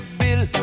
bill